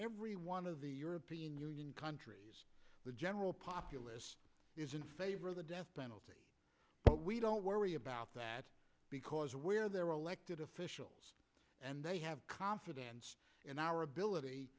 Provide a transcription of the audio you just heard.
every one of the european countries the general populace is in favor of the death penalty but we don't worry about that because we're there were elected officials and they have confidence in our ability